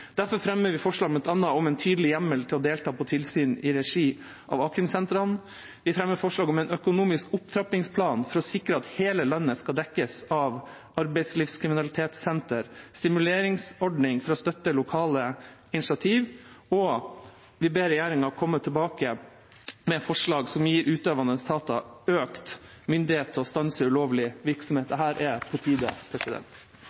Derfor fremmer vi forslag om bl.a. en tydelig hjemmel til å delta på tilsyn i regi av a-krimsentrene. Vi fremmer forslag om en økonomisk opptrappingsplan for å sikre at hele landet skal dekkes av arbeidslivskriminalitetssentre, og om en stimuleringsordning for å støtte lokale initiativer. Videre ber vi regjeringa komme tilbake med forslag som gir utøvende etater økt myndighet til å stanse